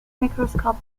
microscope